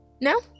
no